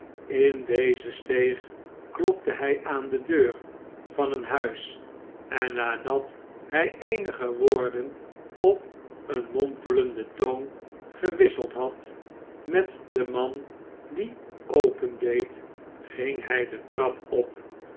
in deze steeg klopte hij aan de deur van een huis en nadat hij eenige woorden op een mompelenden toon gewisseld had met den man die opendeed ging hij de trap op